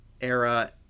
era